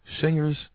singers